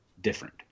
different